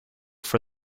for